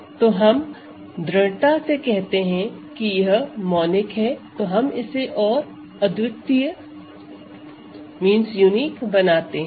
तो जब हम दृढ़ता से कहते हैं कि यह मोनिक हैं तो हम इसे और द्वितीय बनाते हैं